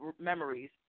memories